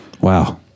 Wow